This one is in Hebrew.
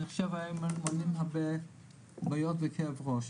אני חושב שהיו מונעים הרבה בעיות וכאב ראש.